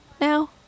now